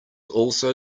also